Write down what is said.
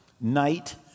night